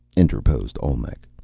interposed olmec.